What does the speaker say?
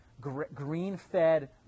green-fed